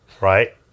right